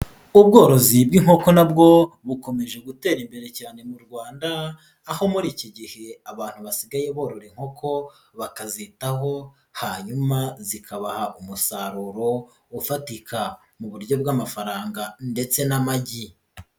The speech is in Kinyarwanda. Ubworozi bw’inkoko nabwo bukomeje gutera imbere cyane mu Rwanda, aho muri iki gihe abantu basigaye borora inkoko bakazitaho, hanyuma zikabaha umusaruro ufatika mu buryo bw’amafaranga ndetse n’amagi.